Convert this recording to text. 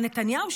אבל נתניהו,